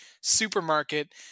supermarket